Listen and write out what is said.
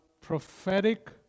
prophetic